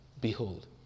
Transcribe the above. Behold